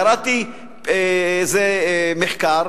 קראתי איזה מחקר,